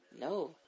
No